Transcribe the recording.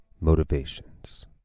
motivations